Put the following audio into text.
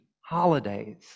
holidays